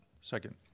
Second